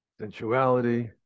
sensuality